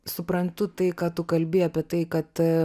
suprantu tai ką tu kalbi apie tai kad